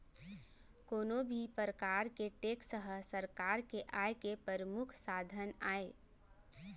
कोनो भी परकार के टेक्स ह सरकार के आय के परमुख साधन आय